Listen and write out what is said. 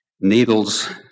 needles